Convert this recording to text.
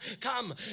Come